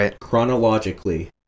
chronologically